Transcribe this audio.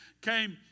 came